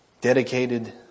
Dedicated